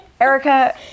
Erica